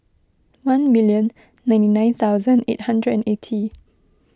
one million ninety nine thousand eight hundred and eighty